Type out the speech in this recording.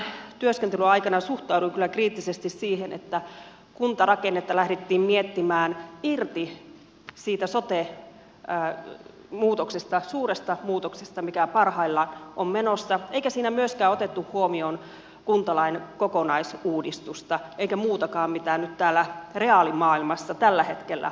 työryhmän työskentelyn aikana suhtauduin kyllä kriittisesti siihen että kuntarakennetta lähdettiin miettimään irti sote muutoksesta suuresta muutoksesta mikä parhaillaan on menossa eikä siinä myöskään otettu huomioon kuntalain kokonaisuudistusta eikä muutakaan mitä reaalimaailmassa tällä hetkellä oikeasti tapahtuu